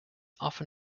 often